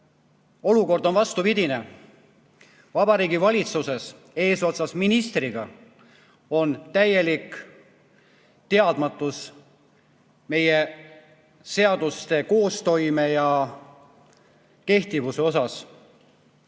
olukord on vastupidine. Vabariigi Valitsuses eesotsas ministriga on täielik teadmatus meie seaduste koostoime ja kehtivuse kohta.